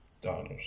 dollars